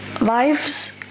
lives